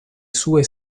sue